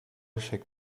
checkt